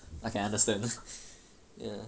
I can understand ya